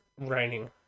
raining